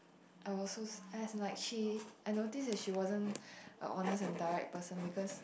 I was so s~ as in like she I noticed that she wasn't a honest and direct person because